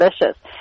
delicious